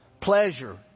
Pleasure